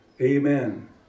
Amen